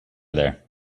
there